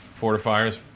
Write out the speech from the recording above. Fortifiers